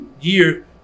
year